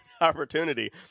opportunity